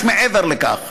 יש מעבר לכך,